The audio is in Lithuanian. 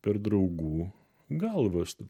per draugų galvas